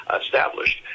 established